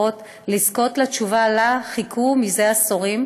המוצע יאפשר לבני המשפחות לזכות לתשובה שחיכו לה עשורים,